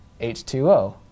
H2O